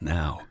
now